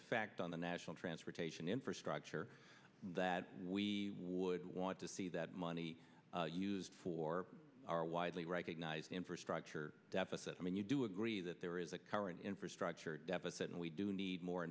effect on the national transportation infrastructure that we would want to see that money used for our widely recognized infrastructure deficit i mean you do agree that there is a current infrastructure deficit and we do need more